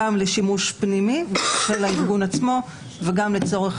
גם לשימוש פנימי של הארגון עצמו וגם לצורך